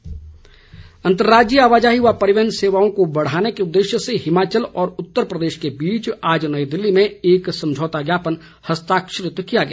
MOU अंतर्राज्यीय आवाजाही व परिवहन सेवाओं को बढ़ाने के उद्देश्य से हिमाचल और उत्तर प्रदेश के बीच आज नई दिल्ली में एक समझौता ज्ञापन हस्ताक्षरित किया गया